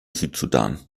südsudan